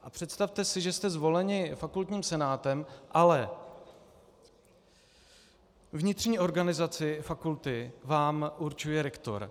A představte si, že jste zvoleni fakultním senátem, ale vnitřní organizaci fakulty vám určuje rektor.